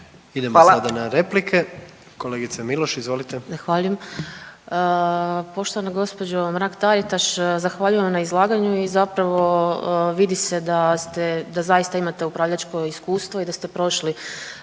Idemo sada na replike, kolegica Miloš izvolite. **Miloš, Jelena (Možemo!)** Zahvaljujem. Poštovana gospođo Mrak Taritaš, zahvaljujem na izlaganju i zapravo vidi se da zaista imate upravljačko iskustvo i da ste prošli